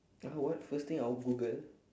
uh what first thing I would google